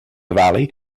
valley